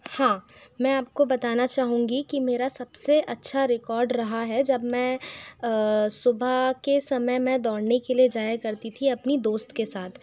हाँ मैं आपको बताना चाहूँगी कि मेरा सबसे अच्छा रिकाॅर्ड रहा है जब मैं सुबह के समय मैं दौड़ने के लिए जाया करती थी अपनी दोस्त के साथ